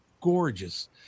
gorgeous